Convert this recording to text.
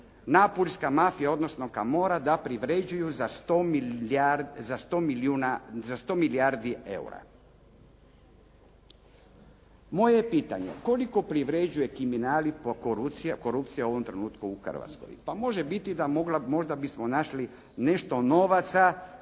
napuljska mafija, odnosno Kamora da privređuju za 100 milijardi eura. Moje je pitanje, koliko privređuje kriminal i korupcija u ovom trenutku u Hrvatskoj? Pa može biti da možda bismo našli nešto novaca